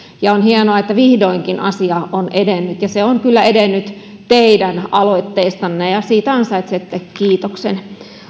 on hienoa että vihdoinkin asia on edennyt ja se on kyllä edennyt teidän aloitteestanne ja ja siitä ansaitsette kiitoksen